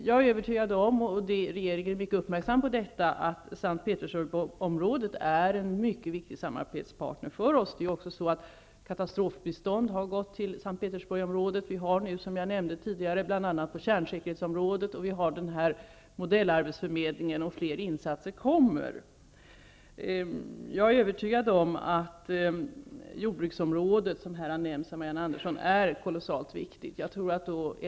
Jag är övertygad om, och regeringen är uppmärksam på detta, att S:t Petersburg är en viktig samarbetspartner. Katastrofbistånd har skickats till S:t Petersburgsområdet, bl.a. på kärnsäkerhetsområdet. En modellarbetsförmedling har skapats, och fler insatser kommer. Jag är övertygad om att jordbruksområdet, som har nämnts av Marianne Andersson, är kolossalt viktigt.